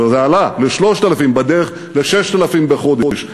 וזה עלה ל-3,000 בדרך ל-6,000 בחודש.